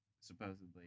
supposedly